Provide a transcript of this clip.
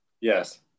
Yes